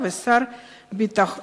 שהמשרד שלו,